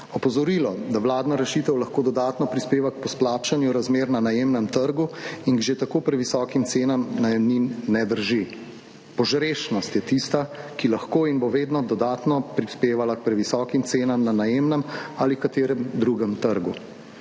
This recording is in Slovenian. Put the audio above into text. Opozorilo, da vladna rešitev lahko dodatno prispeva k poslabšanju razmer na najemnem trgu in k že tako previsokim cenam najemnin, ne drži. Požrešnost je tista, ki lahko in bo vedno dodatno prispevala k previsokim cenam na najemnem ali katerem drugem trgu.